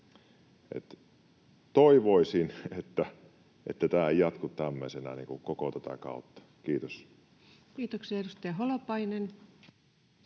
Toivoisin, että tämä ei jatku tämmöisenä koko tätä kautta. — Kiitos. Kiitoksia. — Edustaja Holopainen.